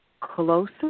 closer